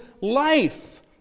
life